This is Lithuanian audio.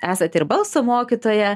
esat ir balso mokytoja